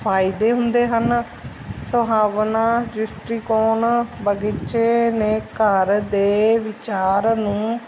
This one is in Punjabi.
ਫ਼ਾਇਦੇ ਹੁੰਦੇ ਹਨ ਸੁਹਾਵਣਾ ਦ੍ਰਿਸ਼ਟੀਕੋਣ ਬਗੀਚੇ ਨੇ ਘਰ ਦੇ ਵਿਚਾਰ ਨੂੰ